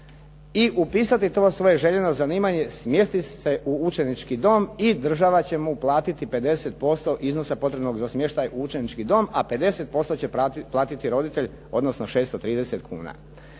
i upisati to svoje željeno zanimanje, smjestit se u učenički dom i država će mu platiti 50% iznosa potrebnog za smještaj u učenički dom, a 50% će platiti roditelj odnosno 630 kuna.